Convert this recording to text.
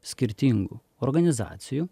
skirtingų organizacijų